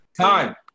time